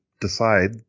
decide